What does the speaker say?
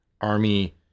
army